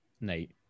Nate